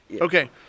Okay